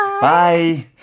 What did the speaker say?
bye